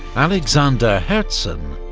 alexander herzen,